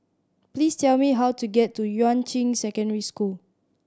please tell me how to get to Yuan Ching Secondary School